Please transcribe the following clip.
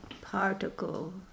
particle